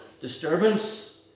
disturbance